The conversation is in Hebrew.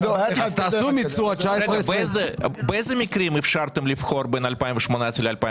תעשו מיצוע 2019. בעבר באיזה מקרים אפשרתם לבחור בין 2018 ל-2019?